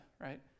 right